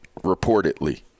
reportedly